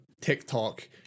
TikTok